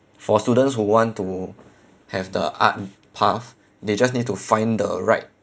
for students who want to have the art path they just need to find the right